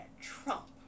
Trump